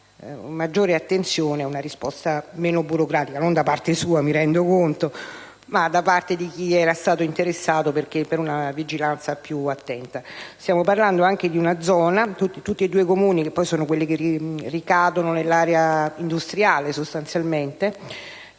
ma da parte di chi era stato interessato per una vigilanza più attenta. Stiamo anche parlando di una zona (di due Comuni, che poi sono quelli che ricadono nell'area industriale sostanzialmente)